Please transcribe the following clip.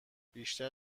بیشتر